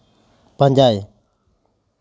ᱯᱟᱸᱡᱟᱭ